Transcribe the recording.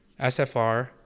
SFR